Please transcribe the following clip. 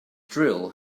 drill